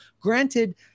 Granted